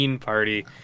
party